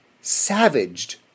savaged